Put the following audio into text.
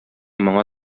моңа